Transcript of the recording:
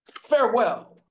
Farewell